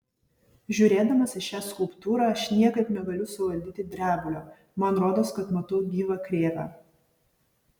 žiūrėdamas į šią skulptūrą aš niekaip negaliu suvaldyti drebulio man rodos kad matau gyvą krėvę